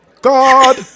God